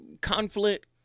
conflict